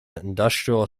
industrial